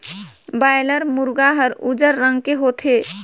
boiler मुरगा हर उजर रंग के होथे